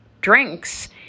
drinks